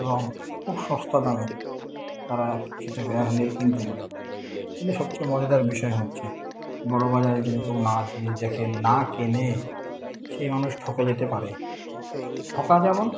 এবং খুব সস্তা দামে তারা যেখান থেকে কিনতে পারে কিন্তু সবচেয়ে মজাদার বিষয় হচ্ছে বড়বাজারে যদি কেউ না কিনে দেখেন না কেনে সেই মানুষ ঠকে যেতে পারে ঠকা যেমন